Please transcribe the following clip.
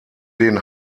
den